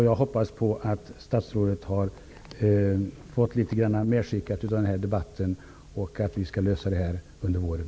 Jag hoppas att statsrådet har fått litet medskickat från den här debatten och att vi skall lösa detta under våren.